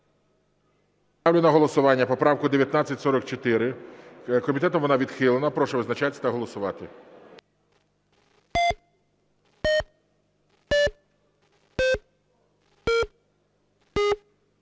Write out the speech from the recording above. Ставлю на голосування поправку 1944. Комітетом вона відхилена. Прошу визначатись та голосувати.